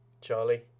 Charlie